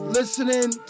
listening